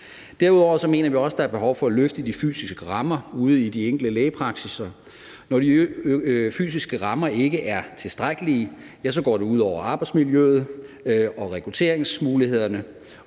Derudover mener vi også, at der er behov for at løfte de fysiske rammer ude i de enkelte lægepraksisser. Når de fysiske rammer ikke er tilstrækkelige, går det ud over arbejdsmiljøet og rekrutteringsmulighederne,